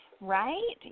Right